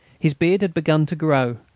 his beard had begun to grow,